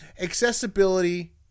accessibility